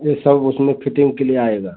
ये सब उसमें फिटिंग के लिए आएगा